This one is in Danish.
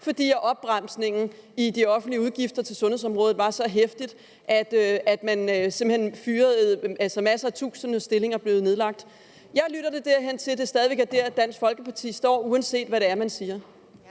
fordi opbremsningen i de offentlige udgifter til sundhedsområdet var så heftig, at mange tusinde stillinger blev nedlagt. Jeg lytter mig til, at det stadig væk er der, Dansk Folkeparti står, uanset hvad man siger.